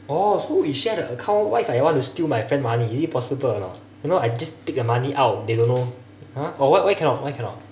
oh so we share the account what if I want to steal my friend money is it possible or not you know I just take their money out they don't know !huh! why why cannot why cannot